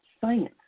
science